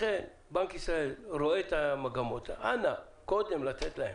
לכן בנק ישראל רואה את המגמות, אנא, לתת קודם.